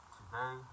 Today